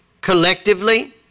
collectively